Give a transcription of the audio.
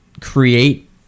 create